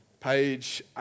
Page